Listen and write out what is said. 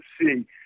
see